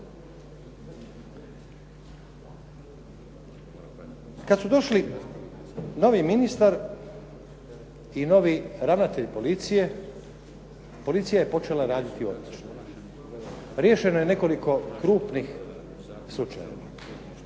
Kada su došli novi ministar i novi ravnatelj policije policija je počela raditi odlično. Riješeno je nekoliko krupnih slučajeva.